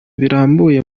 birambuye